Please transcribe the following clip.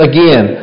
Again